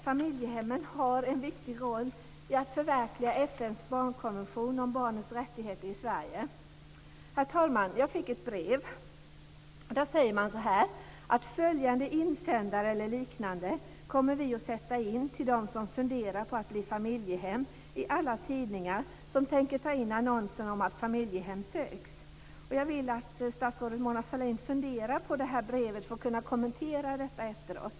Familjehemmen har en viktig roll att förverkliga FN:s barnkonvention om barnens rättigheter i Sverige. Herr talman! Jag fick ett brev där man säger så här: Följande insändare eller liknande kommer vi att sätta in, till de som funderar på att bli familjehem, i alla tidningar som tänker ta in annonser om att familjehem söks. Jag vill att statsrådet Mona Sahlin ska fundera på detta brev för att kunna kommentera det efteråt.